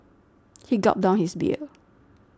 he gulped down his beer